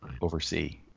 oversee